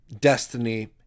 destiny